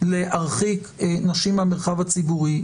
להרחיק נשים מהמרחב הציבורי,